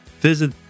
visit